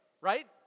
right